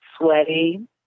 Sweaty